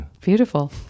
Beautiful